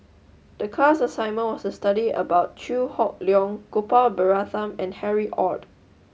the class assignment was to study about Chew Hock Leong Gopal Baratham and Harry Ord